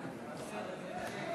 (קוראת בשמות חברי הכנסת)